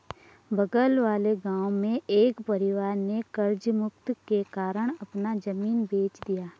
बगल वाले गांव में एक परिवार ने कर्ज मुक्ति के कारण अपना जमीन बेंच दिया